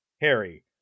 Harry